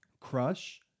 Crush